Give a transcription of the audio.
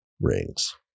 rings